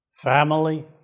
family